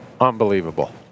unbelievable